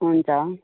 हुन्छ